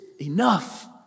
enough